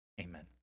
amen